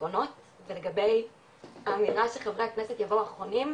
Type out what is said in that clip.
דיכאונות ולגבי האמירה שחברי הכנסת יבואו אחרונים,